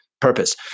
purpose